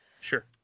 Sure